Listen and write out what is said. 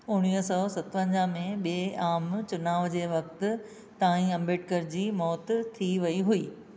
उणिवीह सौ सतवंजाह में ॿिए आम चुनाव जे वक़्तु ताईं अम्बेडकर जी मौति थी वई हुई